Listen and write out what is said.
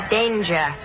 danger